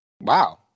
Wow